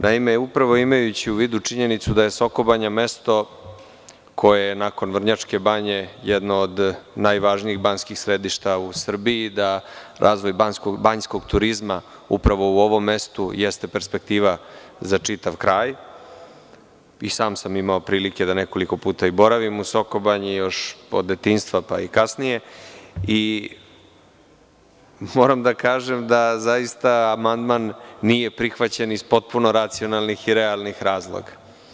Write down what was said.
Naime, upravo imajući u vidu činjenicu da je Soko Banja mesto koje je nakon Vrnjačke Banje jedno od najvažnijih banjskih središta u Srbiji i da razvoj banjskog turizma upravo u ovom mestu jeste perspektiva za čitav kraj, i sam sam imao prilike da nekoliko puta boravim u Soko Banji, još od detinjstva a i kasnije, i moram da kažem da amandman nije prihvaćen iz potpuno racionalnih i realnih razloga.